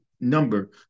number